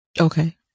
Okay